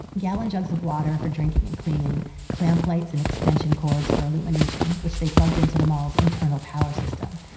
gallon jugs of water for drinking and cleaning clamp lights and extension cords for illumination which they plugged into the mall's internal power system.